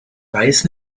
weiß